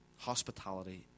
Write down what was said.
Hospitality